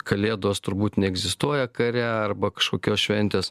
kalėdos turbūt neegzistuoja kare arba kažkokios šventės